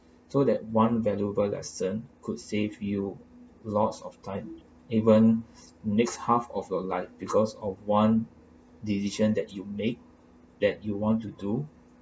so that one valuable lesson could save you lots of time even next half of your life because of one decision that you made that you want to do